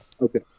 Okay